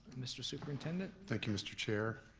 mr. superintendent? thank you, mr. chair.